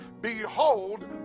behold